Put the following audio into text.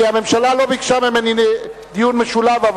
כי הממשלה לא ביקשה ממני דיון משולב,